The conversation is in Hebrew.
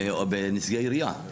בנציגי העירייה.